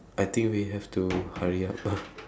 I think we have to hurry up